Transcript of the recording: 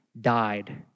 died